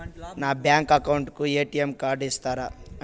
నా bank account కు ATM card ఇస్తారా